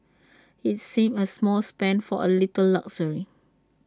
IT seems A small spend for A little luxury